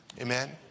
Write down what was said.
Amen